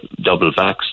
double-vaxxed